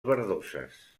verdoses